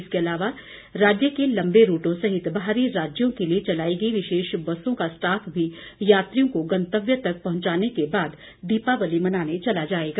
इसके अलावा राज्य के लंबे रूटों सहित बाहरी राज्यों के लिए चलाई गई विशेष बसों का स्टाफ भी यात्रियों को गंतव्य तक पहुंचाने के बाद दीपावली मनाने चला जाएगा